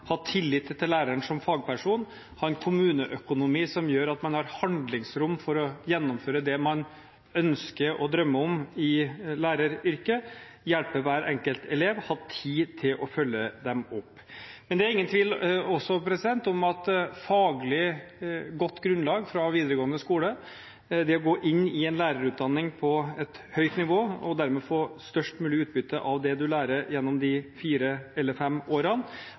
ha tillit til læreren som fagperson, ha en kommuneøkonomi som gjør at man har handlingsrom for å gjennomføre det man ønsker og drømmer om i læreryrket, hjelpe hver enkelt elev og ha tid til å følge dem opp. Det er heller ingen tvil om at å ha et faglig godt grunnlag fra videregående skole når man går inn i en lærerutdanning på et høyt nivå, og dermed få et størst mulig utbytte av det du lærer gjennom de fire eller fem årene,